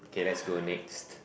okay let's go next